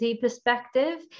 perspective